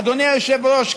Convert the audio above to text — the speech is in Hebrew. אדוני היושב-ראש,